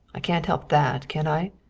i can't help that, can i?